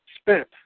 spent